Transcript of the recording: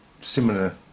similar